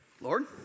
Lord